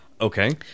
Okay